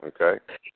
okay